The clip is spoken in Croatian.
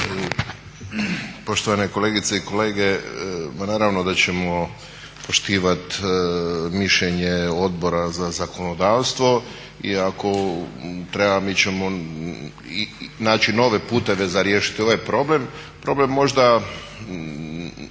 Poštovane kolegice i kolege. Pa naravno da ćemo poštivati mišljenje Odbora za zakonodavstvo iako treba mi ćemo naći nove puteve za riješiti ovaj problem. problem možda